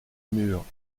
murs